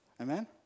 amen